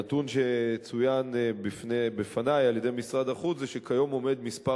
הנתון שצוין בפני על-ידי משרד החוץ הוא שכיום עומד מספר